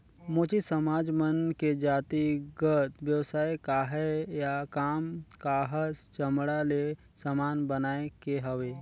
मोची समाज मन के जातिगत बेवसाय काहय या काम काहस चमड़ा ले समान बनाए के हवे